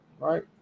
right